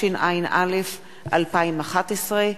התשע"א 2011,